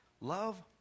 Love